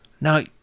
Now